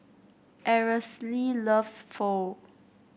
Aracely loves Pho